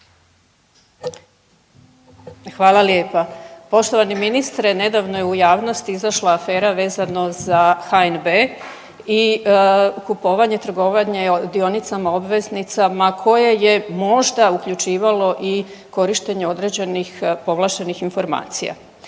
Hvala lijepa. Poštovani ministre, nedavno je u javnosti izašla afera vezano za HNB i kupovanje, trgovanje dionicama, obveznicama koje je možda uključivalo i korištenje određenih povlaštenih informacija.